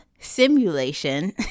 simulation